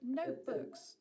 notebooks